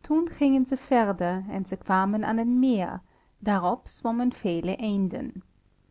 toen gingen ze verder en ze kwamen aan een meer daarop zwommen vele eenden